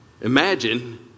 imagine